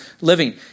living